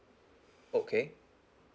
okay